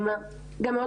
בנוסף,